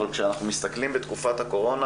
אבל כשאנחנו מסתכלים בתקופת הקורונה